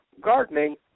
gardening